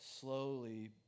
slowly